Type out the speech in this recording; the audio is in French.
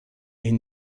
est